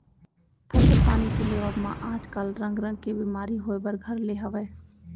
फसल पानी के लेवब म आज काल रंग रंग के बेमारी होय बर घर ले हवय